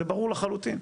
זה ברור לחלוטין.